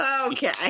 okay